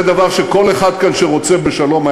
זה דבר שכל אחד כאן שרוצה בשלום היה